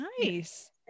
Nice